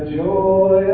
joy